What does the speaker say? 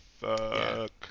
Fuck